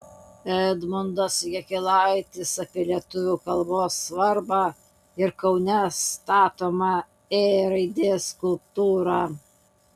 edmundas jakilaitis apie lietuvių kalbos svarbą ir kaune statomą ė raidės skulptūrą